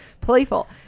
playful